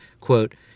quote